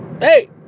Hey